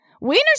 Wiener